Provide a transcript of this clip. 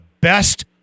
best